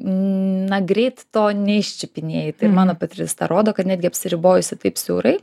na greit to neiščiupinėji tai ir mano patirtis tą rodo kad netgi apsiribojusi taip siaurai